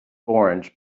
orange